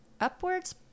upwards